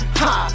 ha